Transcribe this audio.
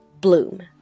bloom